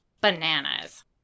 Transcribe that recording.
bananas